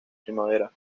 primavera